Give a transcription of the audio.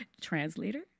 translator